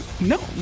no